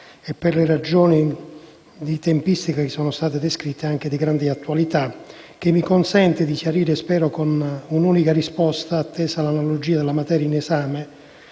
e, per le ragioni di tempistica che sono state descritte, anche di grande attualità, che mi consente di chiarire - spero con un'unica risposta, attesa l'analogia della tematica in esame